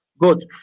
Good